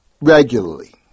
regularly